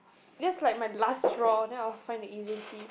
that's like my last straw then I'll find the agency